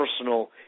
personal